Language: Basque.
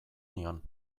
nion